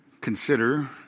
consider